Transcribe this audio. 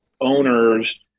owners